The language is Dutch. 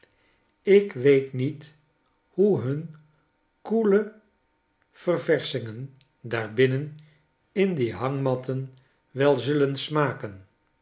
ik weet niet hoe hun koele ververschingen daar binnen in die hangmatten wel zullen smaken